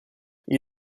gli